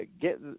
get